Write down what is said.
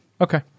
Okay